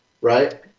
Right